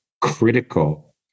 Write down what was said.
critical